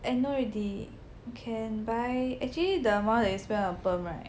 I know already you can buy actually the amount that you spend on perm right